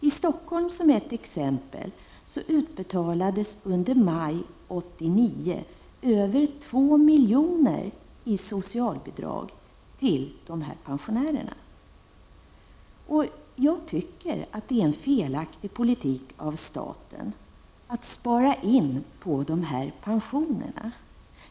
För att ta ett exempel utbetalades i maj 1989 i Stockholm över 2 milj.kr. i socialbidrag till dessa pensionärer. Jag tycker att det är en felaktig politik av staten att spara in på dessa pensioner.